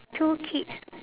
two kids